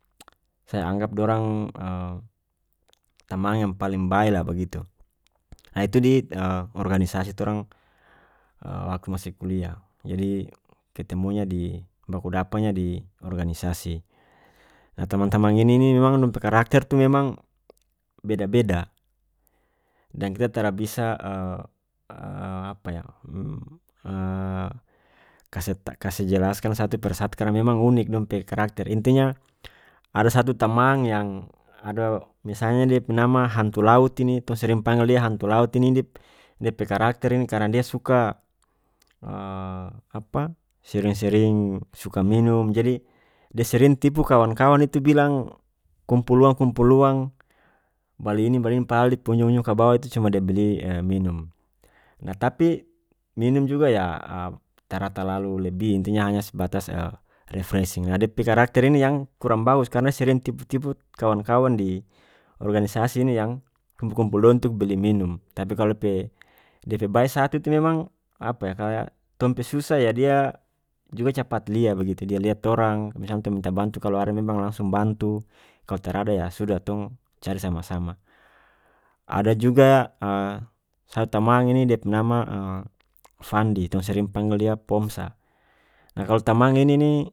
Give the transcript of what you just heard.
Saya anggap dorang tamang yang paling bae lah bagitu ah itu di organisasi torang waktu masih kuliah jadi ketemunya di bakudapanya di organisasi nah tamang-tamang ini ni memang dong pe karakter tu memang beda-beda deng kita tara bisa apa yah kaseta- kase jelaskan satu per satu karena memang unik dong pe karakter intinya ada satu tamang yang adoh misalnya dia pe nama hantu laut ini tong sering pangge dia hantu laut ini diap- dia pe karakter ini karena dia suka apa sering-sering suka minum jadi dia sering tipu kawan-kawan itu bilang kumpul uang kumpul uang bali ini bali ini padahal dia pe unjung-unjung kabawa itu cuma dia beli minum nah tapi minumjuga yah tara talalu lebih intinya hanya sebatas refreshing ah dia pe karakter ini yang kurang bagus karena sering tipu-tipu kawan-kawan di organisasi ini yang kumpul-kumpul doi untuk beli minum tapi kalu pe dia pe bae satu itu memang apa yah kaya tong pe susah yah dia juga capat lia begitu dia lia torang misalnya tong minta bantu kalu ada memang langsung bantu kalu tarada ya sudah tong cari sama-sama ada juga saya tamang ini dia pe nama fandi tong sering pangge dia pomsa nah kalu tamang ini ni.